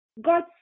God